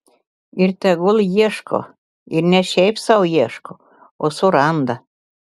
ir tegul ieško ir ne šiaip sau ieško o suranda